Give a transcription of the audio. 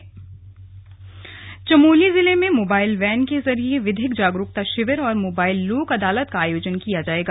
slug mobile लोक अदालत चमोली जिले में मोबाईल वैन के जरिए विधिक जागरूकता शिविर और मोबाइल लोक आदालत का आयोजन किया जायेगा